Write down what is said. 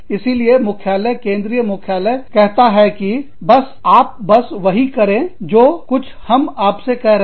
इसीलिए मुख्यालय केंद्रीय मुख्यालय कहता है कि आप बस वही करें जो कुछ हम आपसे कह रहे हैं